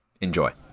Enjoy